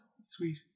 sweet